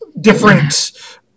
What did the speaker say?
Different